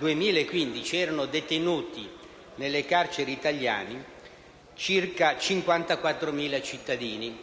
2015 erano detenuti nelle carceri italiane circa 54.000 cittadini.